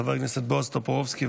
חבר הכנסת בועז טופורובסקי,